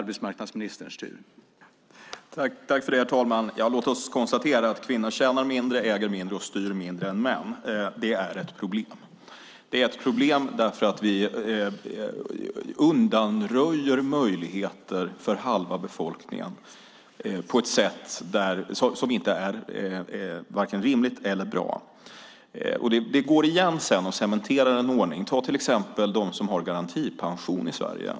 Herr talman! Låt oss konstatera att kvinnor tjänar mindre, äger mindre och styr mindre än män! Det är ett problem, eftersom vi undanröjer möjligheter för halva befolkningen på ett sätt som inte är vare sig rimligt eller bra. Det går sedan igen och cementerar en ordning. Ta till exempel dem som har garantipension i Sverige!